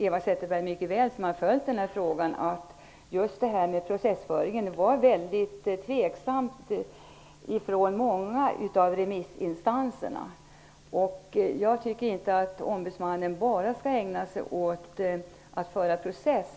Eva Zetterberg har följt denna fråga. Därför vet hon att många remissinstanser har varit tveksamma till detta med processföringen. Jag tycker inte att ombudsmannen bara skall ägna sig åt att föra process.